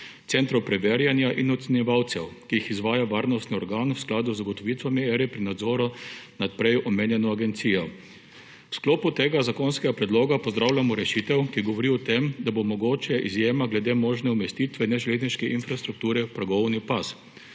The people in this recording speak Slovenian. centrov preverjanja in ocenjevalcev, ki jih izvaja varnostni organ v skladu z ugotovitvami ERA pri nadzoru nad prej omenjeno agencijo. V sklopu tega zakonskega predloga pozdravljamo rešitev, ki govori o tem, da bo mogoča izjema glede možne umestitve neželezniške infrastrukture v progovni pas,